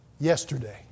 yesterday